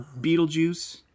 beetlejuice